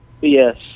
Yes